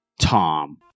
Tom